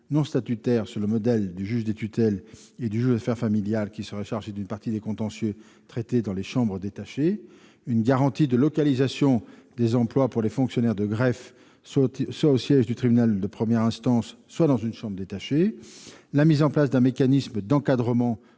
non statutaire, sur le modèle du juge des tutelles et du juge aux affaires familiales. Il serait chargé d'une partie des contentieux traités dans les chambres détachées. Troisièmement, nous avons institué une garantie de localisation des emplois pour les fonctionnaires du greffe, soit au siège du tribunal de première instance, soit dans une chambre détachée, et nous avons mis en place un mécanisme d'encadrement